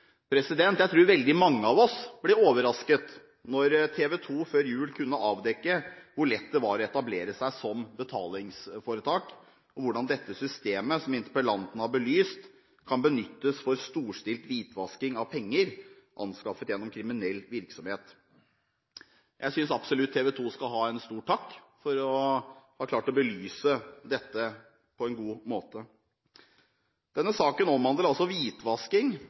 Jeg tror veldig mange av oss ble overrasket da TV 2 før jul kunne avdekke hvor lett det var å etablere seg som betalingsforetak, og hvordan dette systemet, som interpellanten har belyst, kan benyttes for storstilt hvitvasking av penger anskaffet gjennom kriminell virksomhet. Jeg synes absolutt TV 2 skal ha en stor takk for å ha klart å belyse dette på en god måte. Denne saken omhandler altså hvitvasking